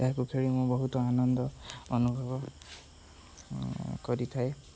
ତାହାକୁ ଖେଳି ମୁଁ ବହୁତ ଆନନ୍ଦ ଅନୁଭବ କରିଥାଏ